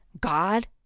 God